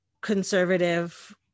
conservative